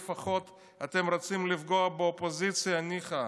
אתם רוצים לפגוע באופוזיציה, ניחא,